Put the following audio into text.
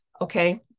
okay